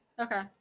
Okay